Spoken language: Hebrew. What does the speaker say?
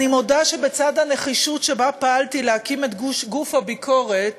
אני מודה שבצד הנחישות שבה פעלתי להקים את גוף הביקורת